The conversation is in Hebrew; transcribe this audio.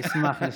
ישמח לשמוע.